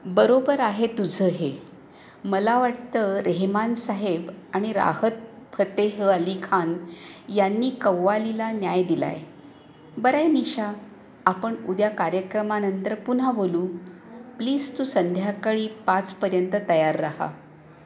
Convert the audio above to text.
बरोबर आहे तुझं हे मला वाटतं रेहमान साहेब आणि राहत फतेह अली खान यांनी कव्वालीला न्याय दिला आहे बरं आहे निशा आपण उद्या कार्यक्रमानंतर पुन्हा बोलू प्लीज तू संध्याकाळी पाचपर्यंत तयार राहा